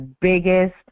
biggest